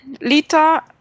Lita